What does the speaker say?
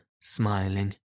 smiling